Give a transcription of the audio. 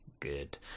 good